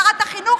שרת החינוך,